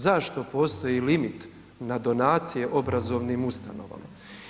Zašto postoji limit na donacije obrazovnim ustanovama?